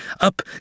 up